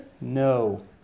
No